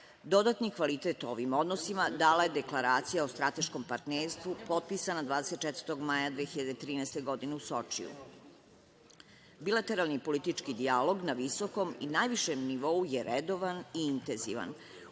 Dodatni kvalitet ovim odnosima dala je Deklaracija o strateškom partnerstvu potpisana 24. maja 2013. godine u Sočiju. Bilateralni politički dijalog na visokom i najvišem nivou je redovan i intenzivan,